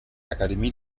akademie